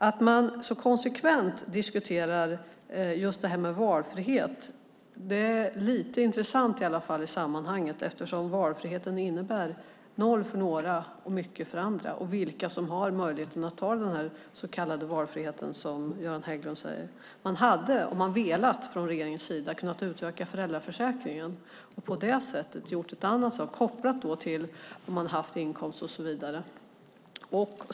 Att man så konsekvent diskuterar valfriheten är lite intressant i sammanhanget eftersom valfriheten innebär noll för några och mycket för andra, beroende på vilka som har möjlighet till denna så kallade valfrihet som Göran Hägglund säger. Regeringen hade kunnat, om den velat, utöka föräldraförsäkringen och koppla den bland annat till om man har inkomst eller inte.